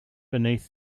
beneath